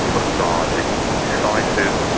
lethargic, indecisive,